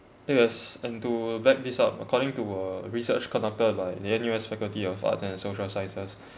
take this and to back this up according to a research conducted by the N_U_S faculty of arts and social sciences